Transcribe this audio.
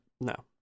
No